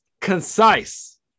concise